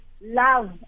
love